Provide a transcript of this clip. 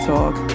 Talk